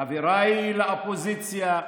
חבריי לאופוזיציה,